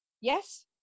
Yes